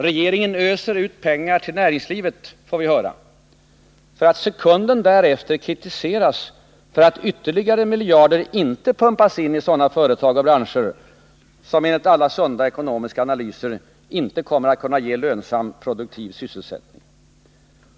”Regeringen öser ut pengar till näringslivet”, får vi höra, för att sekunden efteråt kritiseras för att ytterligare miljarder inte pumpas in i sådana företag och branscher, som enligt alla sunda ekonomiska analyser inte kommer att kunna ge lönsam produktiv sysselsättning.